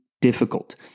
difficult